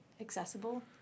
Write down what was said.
accessible